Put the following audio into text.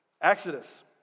Exodus